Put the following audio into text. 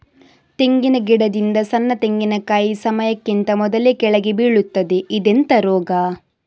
ತೆಂಗಿನ ಗಿಡದಿಂದ ಸಣ್ಣ ತೆಂಗಿನಕಾಯಿ ಸಮಯಕ್ಕಿಂತ ಮೊದಲೇ ಕೆಳಗೆ ಬೀಳುತ್ತದೆ ಇದೆಂತ ರೋಗ?